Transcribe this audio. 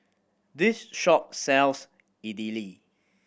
this shop sells Idili